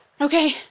Okay